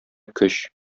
көч